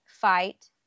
fight